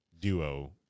duo